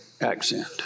accent